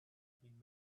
been